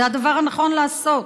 זה הדבר הנכון לעשות.